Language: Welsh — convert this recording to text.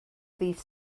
ddydd